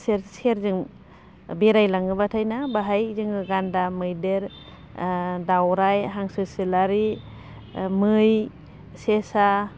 सेर सेरजों बेरायलाङोबाथाय ना बाहाय जोङो गान्दा मैदेर दावराय हांसो सिलारि मै सेसा